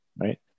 Right